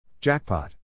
Jackpot